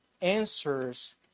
answers